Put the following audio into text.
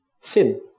sin